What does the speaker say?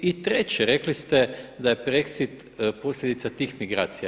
I treće, rekli ste da je Brexit posljedica tih migracija.